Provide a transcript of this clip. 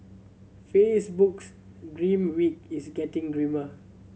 Facebook's grim week is getting grimmer